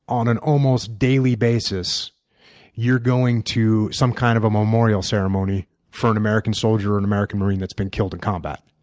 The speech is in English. on an almost daily basis you're going to some kind of a memorial ceremony for an american soldier or an american marine who's been killed in combat.